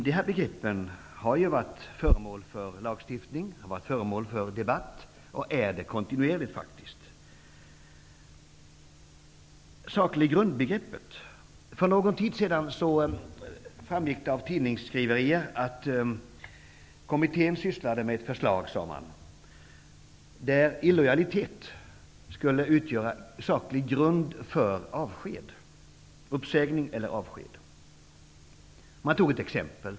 De begreppen har ju varit föremål för lagstiftning och är kontinuerligt föremål för debatt. För någon tid sedan framgick det av tidningsskriverier att kommittén sysslade med förslag, sade man, om att illojalitet skulle utgöra saklig grund för uppsägning eller avsked. Man tog ett exempel.